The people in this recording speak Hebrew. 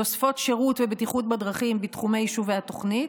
תוספות שירות ובטיחות בדרכים בתחומי יישובי התוכנית.